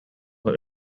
her